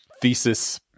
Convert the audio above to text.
thesis